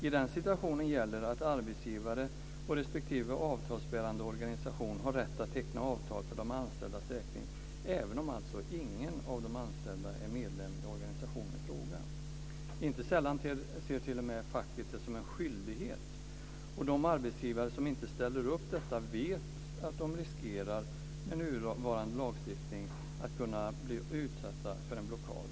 I det läget gäller det att arbetsgivare respektive avtalsbärande fackorganisation har rätt att teckna avtal för de anställdas räkning, även om ingen av de anställda är medlem i organisationen i fråga. Inte sällan ser t.o.m. facket detta som en skyldighet. De arbetsgivare som inte ställer upp för detta vet att de enligt nuvarande lagstiftning riskerar att bli utsatta för en blockad.